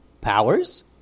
Powers